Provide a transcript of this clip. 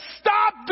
stop